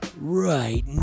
right